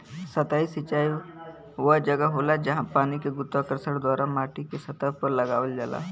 सतही सिंचाई वह जगह होला, जहाँ पानी के गुरुत्वाकर्षण द्वारा माटीके सतह पर लगावल जाला